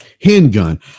handgun